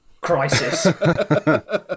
crisis